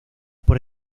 por